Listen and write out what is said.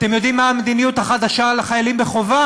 אתם יודעים מה המדיניות החדשה ביחס לחיילים בחובה?